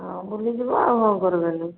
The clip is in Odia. ହଁ ବୁଲିଯିବ ଆଉ କଣ କରିବନି